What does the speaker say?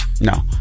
No